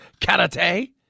Karate